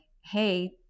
hey